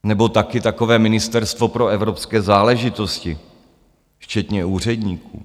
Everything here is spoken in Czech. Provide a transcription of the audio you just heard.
Nebo taky takové Ministerstvo pro evropské záležitosti včetně úředníků.